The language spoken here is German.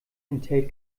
enthält